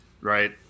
right